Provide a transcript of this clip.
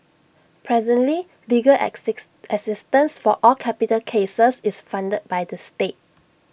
presently legal access assistance for all capital cases is funded by the state